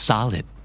Solid